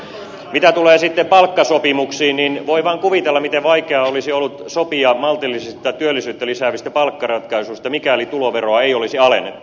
mitä sitten tulee palkkasopimuksiin niin voin vain kuvitella miten vaikeaa olisi ollut sopia maltillisista työllisyyttä lisäävistä palkkaratkaisuista mikäli tuloveroa ei olisi alennettu